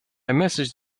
messaged